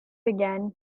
began